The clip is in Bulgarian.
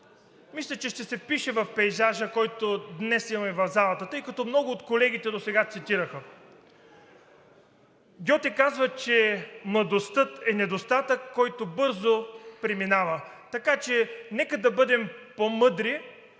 мисля, че ще се впише в пейзажа, който днес имаме в залата, тъй като много от колегите досега цитираха. Гьоте казва, че „младостта е недостатък, който бързо преминава“. Така че нека да бъдем по-мъдри,